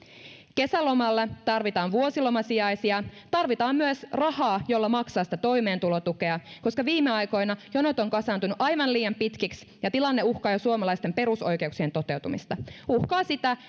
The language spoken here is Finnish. kesälomalla tarvitaan vuosilomasijaisia tarvitaan myös rahaa jolla maksaa sitä toimeentulotukea koska viime aikoina jonot ovat kasaantuneet aivan liian pitkiksi ja tilanne uhkaa jo suomalaisten perusoikeuksien toteutumista se uhkaa sitä